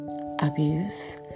abuse